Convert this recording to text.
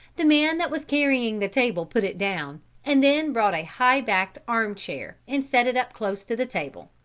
the man that was carrying the table put it down and then brought a high backed arm chair and set it up close to the table.